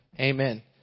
Amen